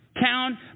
town